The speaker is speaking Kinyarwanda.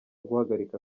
guhagarika